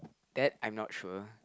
that I'm not sure